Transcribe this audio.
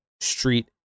street